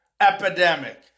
Epidemic